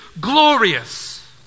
glorious